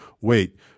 Wait